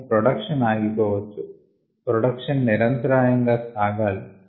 కానీ ప్రొడక్షన్ ఆగి పోవచ్చు ప్రొడక్షన్ నిరంతరాయంగా సాగాలి